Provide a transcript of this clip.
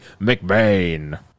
McBain